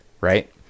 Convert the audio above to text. Right